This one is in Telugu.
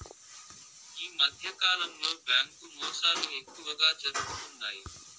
ఈ మధ్యకాలంలో బ్యాంకు మోసాలు ఎక్కువగా జరుగుతున్నాయి